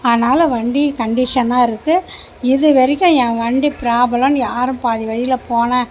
அதனால் வண்டி கன்டிஷனாக இருக்கு இதுவரைக்கும் என் வண்டி ப்ராப்ளம் யாரும் பாதி வழியில் போனேன்